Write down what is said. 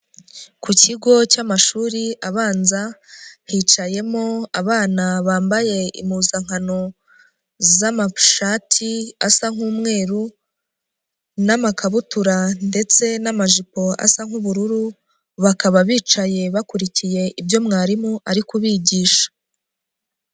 Ku kigo cy'amashuri abanza hicayemo abana bambaye impuzankano z'amashati asa nk'umweru, n'amakabutura ndetse n'amajipo asa nk'ubururu, bakaba bicaye bakurikiye ibyo mwarimu ari kubigisha.